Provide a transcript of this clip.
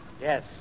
Yes